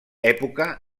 època